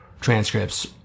transcripts